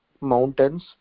mountains